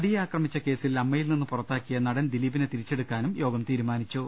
നടിയെ ആക്രമിച്ച കേസിൽ അമ്മയിൽ നിന്നു പുറ ത്താക്കിയ നടൻ ദിലീപിനെ തിരിച്ചെടുക്കാനും യോഗം തീരുമാനിച്ചു